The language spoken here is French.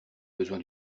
besoin